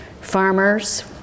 farmers